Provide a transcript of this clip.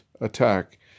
attack